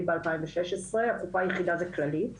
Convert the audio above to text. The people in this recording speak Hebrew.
בשנת 2016. הקופה היחידה זה כללית.